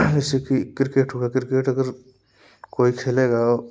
जैसे की क्रिकेट हुआ क्रिकेट अगर कोई खेलेगा